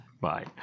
bye